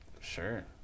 Sure